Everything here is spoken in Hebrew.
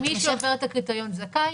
מי שעובר את הקריטריון, זכאי.